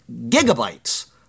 gigabytes